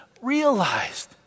realized